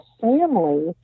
family